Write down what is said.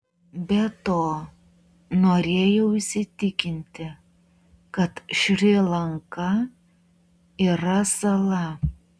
be to norėjau įsitikinti kad šri lanka yra sala